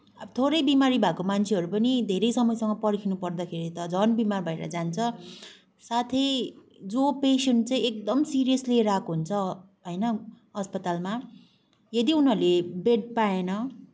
अब थोरै बिमारी भएको मान्छेहरू पनि धेरै समयसम्म पर्खिनुपर्दाखेरि त झन् बिमार भएर जान्छ साथै जो पेसेन्ट चाहिँ एकदम सिरियस लिएर आएको हुन्छ होइन अस्पतालमा यदि उनीहरूले बेड पाएन